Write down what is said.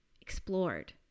explored